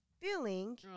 feeling